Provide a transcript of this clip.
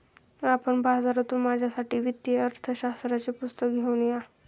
आपण बाजारातून माझ्यासाठी वित्तीय अर्थशास्त्राचे पुस्तक घेऊन या